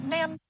Ma'am